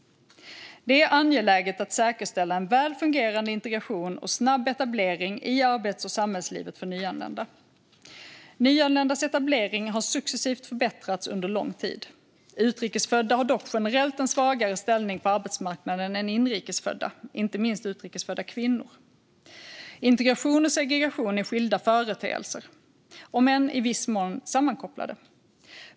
Det är angeläget att säkerställa en väl fungerande integration och snabb etablering i arbets och samhällslivet för nyanlända. Nyanländas etablering har successivt förbättrats under lång tid. Utrikes födda har dock generellt en svagare ställning på arbetsmarknaden än inrikes födda, inte minst utrikes födda kvinnor. Integration och segregation är skilda företeelser, om än i viss mån sammankopplade.